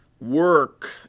work